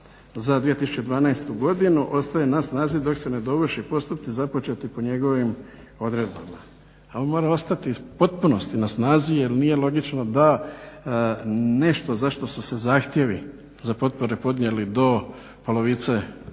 za 2012. godinu ostaje na snazi dok se ne dovrše postupci započeti po njegovim odredbama." A on mora ostati u potpunosti na snazi jer nije logično da nešto za što su se zahtjevi za potpore podnijeli do polovice 5.